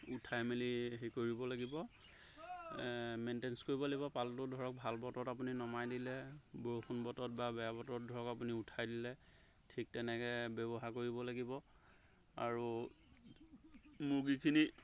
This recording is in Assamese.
উঠাই মেলি হেৰি কৰিব লাগিব মেইনটেঞ্চ কৰিব লাগিব পালটো ধৰক ভাল বতৰত আপুনি নমাই দিলে বৰষুণ বতৰত বা বেয়া বতৰত ধৰক আপুনি উঠাই দিলে ঠিক তেনেকৈ ব্যৱহাৰ কৰিব লাগিব আৰু মুৰ্গীখিনি